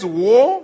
war